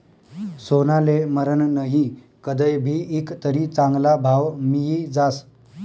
सोनाले मरन नही, कदय भी ईकं तरी चांगला भाव मियी जास